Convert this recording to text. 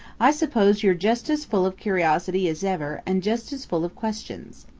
i suppose you're just as full of curiosity as ever and just as full of questions.